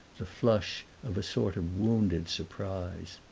the flush of a sort of wounded surprise.